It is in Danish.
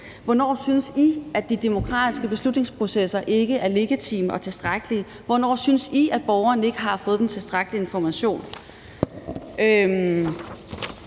Hvornår synes I, at de demokratiske beslutningsprocesser ikke er legitime og tilstrækkelige? Hvornår synes I, at borgeren ikke har fået den tilstrækkelige information?